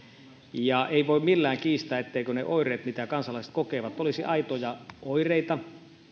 ja ei voi millään kiistää etteivätkö ne oireet mitä kansalaiset kokevat olisi aitoja oireita